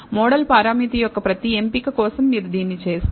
model పరామితి యొక్క ప్రతి ఎంపిక కోసం మీరు దీన్ని చేస్తారు